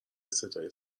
صدای